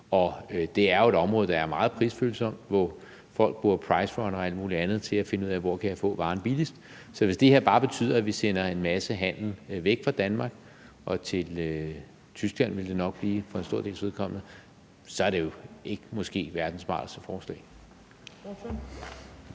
og det er jo et område, der er meget prisfølsomt, hvor folk bruger PriceRunner og alt muligt andet til at finde ud af, hvor de kan få varen billigst. Så hvis det her bare betyder, at vi sender en masse handel væk fra Danmark og til Tyskland, som det for en stor dels vedkommende nok vil blive, er det jo måske ikke verdens smarteste forslag.